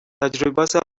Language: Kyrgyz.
тажрыйбасы